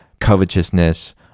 covetousness